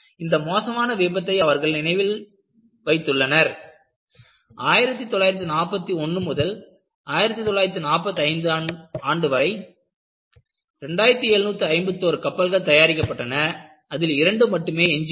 இந்த மோசமான விபத்தை அவர்கள் நினைவில் வைத்துள்ளனர் 1941 முதல் 1945ம் ஆண்டு வரை 2751 கப்பல்கள் தயாரிக்கப்பட்டன அதில் இரண்டு மட்டுமே எஞ்சி உள்ளது